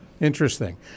Interesting